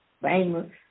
famous